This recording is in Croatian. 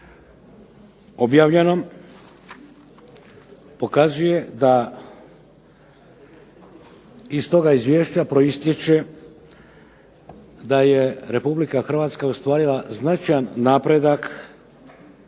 objavljenom, pokazuje da iz toga izvješća proistječe da je Republika Hrvatska ostvarila značajan napredak